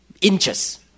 inches